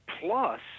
Plus